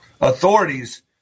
authorities